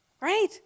right